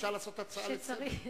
אבל אפשר להציע הצעה לסדר-היום.